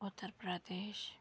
Uttar Pradesh